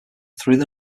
through